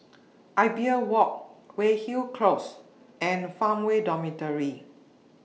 Imbiah Walk Weyhill Close and Farmway Dormitory